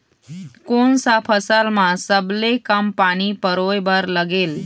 कोन सा फसल मा सबले कम पानी परोए बर लगेल?